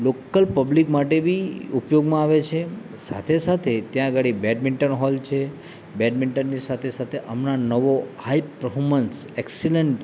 local public માટે બી ઉપયોગમાં આવે છે સાથે સાથે ત્યાં આગળ બેડમિંટન હોલ છે બેડમિંટનની સાથે સાથે હમણાં નવો હાઇપ પરફોર્મન્સ એક્સિલન્ટ